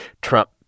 Trump